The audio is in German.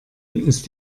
ist